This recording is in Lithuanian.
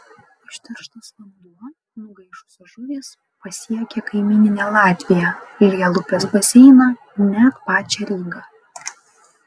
užterštas vanduo nugaišusios žuvys pasiekė kaimyninę latviją lielupės baseiną net pačią rygą